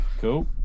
Cool